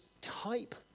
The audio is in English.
type